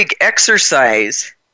exercise